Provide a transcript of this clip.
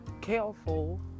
careful